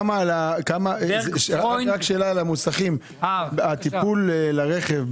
רק שאלה למוסכים הטיפול לרכב,